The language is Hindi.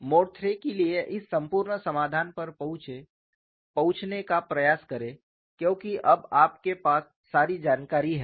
मोड III के लिए इस संपूर्ण समाधान पर पहुंचने का प्रयास करें क्योंकि अब आपके पास सारी जानकारी है